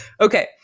Okay